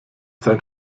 sein